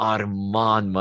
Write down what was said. Arman